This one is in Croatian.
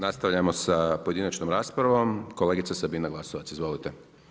Nastavljamo sa pojedinačnom raspravom, kolegica Sabina Glasovac, izvolite.